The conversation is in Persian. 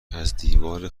ازدیوار